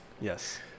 Yes